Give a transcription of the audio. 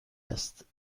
است